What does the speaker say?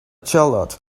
charlotte